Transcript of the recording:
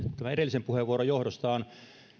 tämän edellisen puheenvuoron johdosta on